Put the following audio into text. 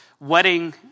wedding